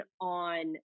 on